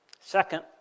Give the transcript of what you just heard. Second